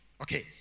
Okay